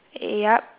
eh yup